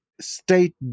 state